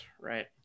Right